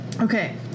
Okay